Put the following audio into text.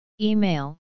Email